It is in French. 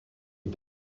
les